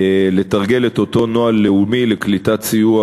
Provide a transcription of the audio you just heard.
יתורגל אותו נוהל לאומי לקליטת סיוע